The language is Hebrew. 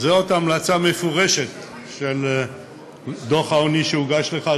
זו המלצה מפורשת בדוח העוני שהוגש לך,